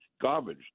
garbage